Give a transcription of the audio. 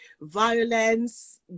violence